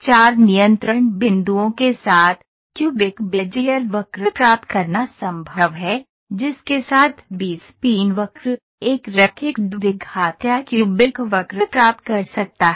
चार नियंत्रण बिंदुओं के साथ क्यूबिक बेजियर वक्र प्राप्त करना संभव है जिसके साथ बी स्पीन वक्र एक रैखिक द्विघात या क्यूबिक वक्र प्राप्त कर सकता है